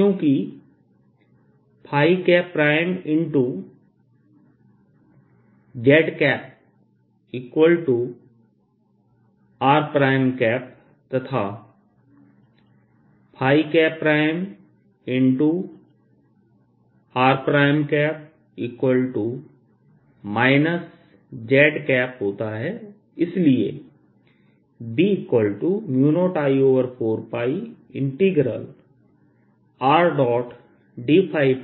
अब क्योंकि zr तथा r z होता है इसलिए B0I4πRdR2z232z